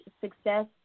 success